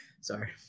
Sorry